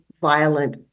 violent